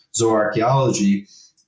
zooarchaeology